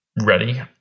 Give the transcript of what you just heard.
ready